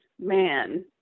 man